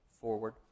forward